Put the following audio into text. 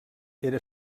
era